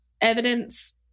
evidence